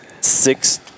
six